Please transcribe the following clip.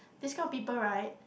this kind of people right